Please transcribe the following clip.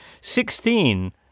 Sixteen